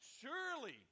Surely